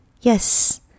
Yes